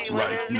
right